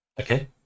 Okay